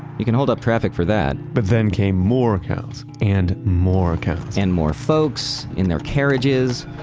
you can hold up traffic for that but then came more cows, and more cows and more folks in their carriages,